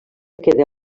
queda